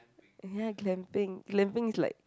ya glamping glamping is like